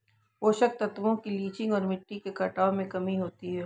पोषक तत्वों की लीचिंग और मिट्टी के कटाव में कमी होती है